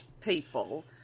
people